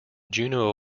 juno